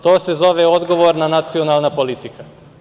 To se zove odgovorna nacionalna politika.